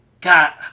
God